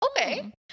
okay